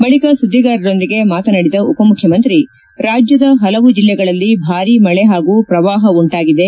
ಬಳಕ ಸುದ್ಲಿಗಾರರೊಂದಿಗೆ ಮಾತನಾಡಿದ ಉಪ ಮುಖ್ಯಮಂತ್ರಿ ರಾಜ್ಯದ ಪಲವು ಜೆಲ್ಲೆಗಳಲ್ಲಿ ಭಾರೀ ಮಳೆ ಹಾಗೂ ಶ್ರವಾಪ ಉಂಟಾಗಿದೆ